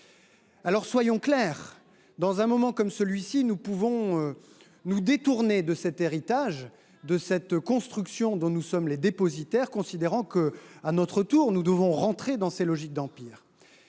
alors ? Soyons clairs : dans un moment comme celui ci, nous pouvons nous détourner de cet héritage, de cette construction dont nous sommes les dépositaires, considérant que, à notre tour, nous devons entrer dans ces logiques d’empire.